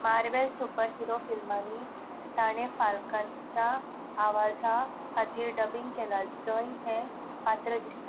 marvel super hero फिल्मांनी ताणें फालकांच्या आवाजा खातीर डबींग केला जंय हें पात्र दिसता